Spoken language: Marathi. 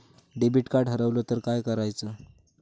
डेबिट कार्ड हरवल तर काय करायच?